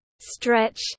stretch